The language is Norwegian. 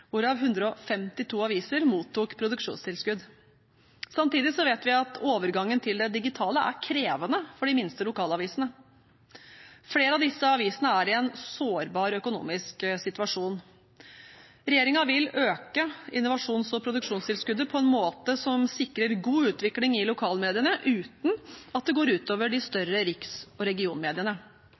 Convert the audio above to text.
hvorav 152 aviser mottok produksjonstilskudd. Samtidig vet vi at overgangen til det digitale er krevende for de minste lokalavisene. Flere av disse avisene er i en sårbar økonomisk situasjon. Regjeringen vil øke innovasjons- og produksjonstilskuddet på en måte som sikrer god utvikling i lokalmediene, uten at det går ut over de større riks- og regionmediene.